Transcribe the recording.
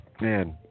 man